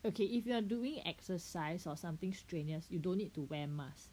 okay if you are doing exercise or something strenuous you don't need to wear mask